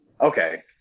Okay